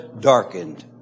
darkened